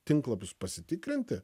tinklapius pasitikrinti